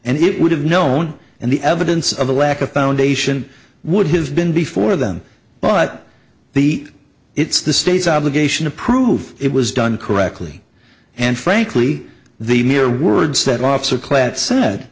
and it would have known and the evidence of the lack of foundation would have been before them but the it's the state's obligation to prove it was done correctly and frankly the mere words that officer class said